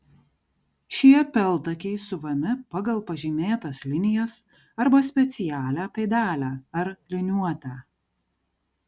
šie peltakiai siuvami pagal pažymėtas linijas arba specialią pėdelę ar liniuotę